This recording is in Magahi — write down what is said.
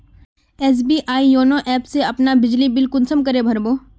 एस.बी.आई योनो ऐप से अपना बिजली बिल कुंसम करे भर बो?